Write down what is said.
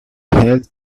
health